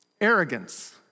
Arrogance